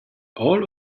all